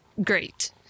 great